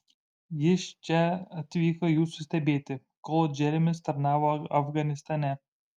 jis čia atvyko jūsų stebėti kol džeremis tarnavo afganistane